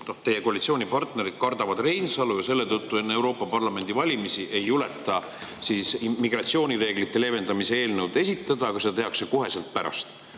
teie koalitsioonipartnerid kardavad Reinsalu ja selle tõttu enne Euroopa Parlamendi valimisi ei juleta migratsioonireeglite leevendamise eelnõu esitada, aga seda tehakse kohe pärast